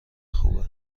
خوبه